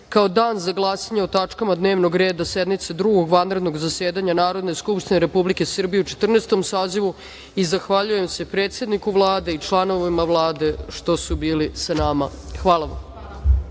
kao dan za glasanje o tačkama dnevnog reda sednice Drugog vanrednog zasedanja Narodne skupštine Republike Srbije u Četrnaestom sazivu. Zahvaljujem se predsedniku Vlade i članovima Vlade što su bili sa nama. Hvala